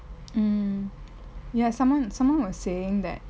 mm ya someone someone was saying that